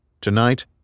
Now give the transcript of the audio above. Tonight